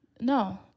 No